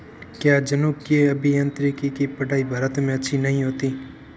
क्या जनुकीय अभियांत्रिकी की पढ़ाई भारत में अच्छी नहीं होती?